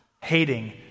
hating